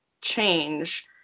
change